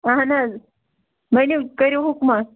اہَن حظ ؤنِو کَرِو حُکمہ